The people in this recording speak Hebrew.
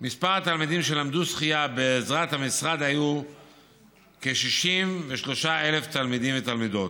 מספר התלמידים שלמדו שחייה בעזרת המשרד היה כ-63,000 תלמידים ותלמידות,